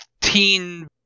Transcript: teen